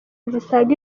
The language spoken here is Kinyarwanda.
zisaga